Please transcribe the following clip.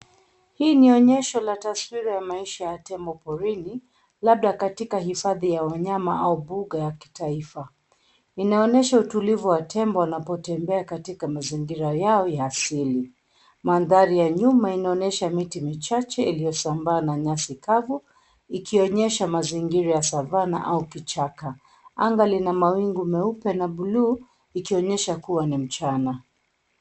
Hili ni onyesho la taswira ya maisha ya ndovu porini, labda katika hifadhi ya wanyama au mbuga la kitaifa. Inaonyesha utulivu wa tembo wanapotembea katika mazingira yao ya asili. Mandhari ya nyuma yanaonyesha miti michache iliyosambaa na nyasi kavu, ikionyesha mazingira ya Savannah(cs) au kichaka. Anga ina mawingu meupe na ni ya buluu ikionyesha ni mchana.